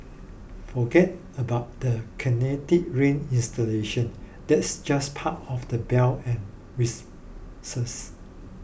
forget about the Kinetic Rain installation that's just part of the bell and whistles